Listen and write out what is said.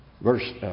verse